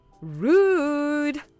Rude